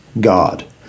God